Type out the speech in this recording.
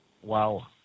Wow